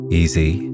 easy